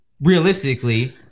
realistically